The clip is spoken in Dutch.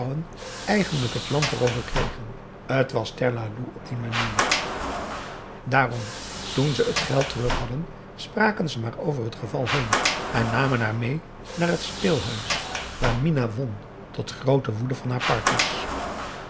eigenlijk het land erover kregen t was terlaloe op die manier dààrom toen ze het geld terug hadden spraken ze maar over het geval heen en namen haar mee naar het speelhuis waar minah won tot groote woede harer partners